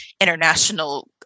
international